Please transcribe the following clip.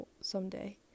someday